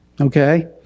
okay